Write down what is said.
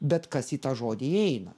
bet kas į tą žodį įeina